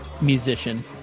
musician